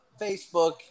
Facebook